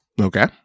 Okay